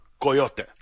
Coyote